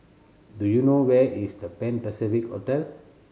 do you know where is The Pan Pacific Hotel